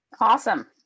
Awesome